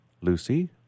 Lucy